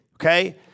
Okay